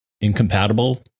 incompatible